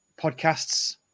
podcasts